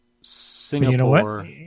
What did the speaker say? Singapore